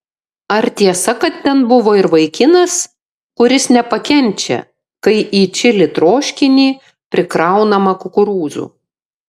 ar tiesa kad ten buvo ir vaikinas kuris nepakenčia kai į čili troškinį prikraunama kukurūzų